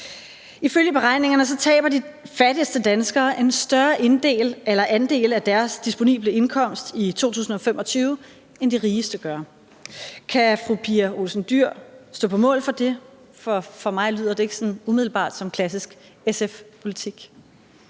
Ifølge beregningerne mister de fattigste danskere en større andel af deres disponible indkomst i 2025 end de rigeste. Kan fru Pia Olsen Dyhr stå på mål for det? For mig lyder det ikke umiddelbart som klassisk SF-politik.